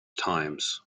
times